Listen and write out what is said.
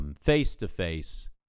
face-to-face